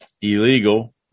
illegal